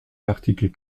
l’article